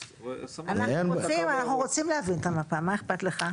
אנחנו רוצים להבין את המפה, מה אכפת לך?